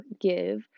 give